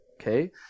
okay